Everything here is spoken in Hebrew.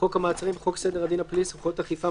"חוק המעצרים" חוק סדר הדין הפלילי (סמכויות אכיפה,